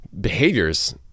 behaviors